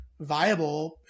viable